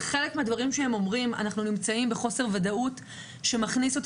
הם אמרו שהם נמצאים בחוסר ודאות שמכניסים